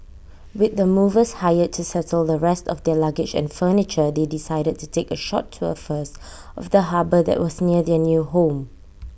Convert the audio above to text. with the movers hired to settle the rest of their luggage and furniture they decided to take A short tour first of the harbour that was near their new home